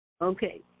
Okay